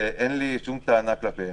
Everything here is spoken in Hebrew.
ואין לי שום טענה כלפיהם,